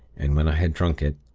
and when i had drunk it,